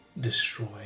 destroy